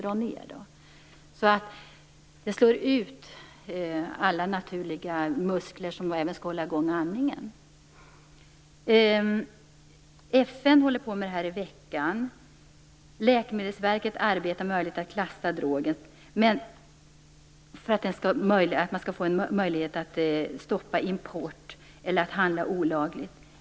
Ämnet slår ut alla muskler, även dem som skall hålla i gång andningen. FN diskuterar det här i veckan. Läkemedelsverket arbetar med möjligheten att klassa drogen för att man skall kunna stoppa importen eller få handeln betraktad som olaglig.